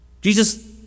Jesus